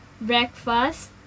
breakfast